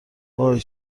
وای